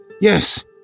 Yes